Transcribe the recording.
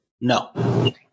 No